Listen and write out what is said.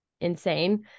insane